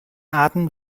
arten